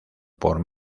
por